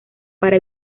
para